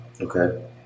Okay